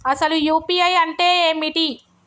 అసలు యూ.పీ.ఐ అంటే ఏమిటి?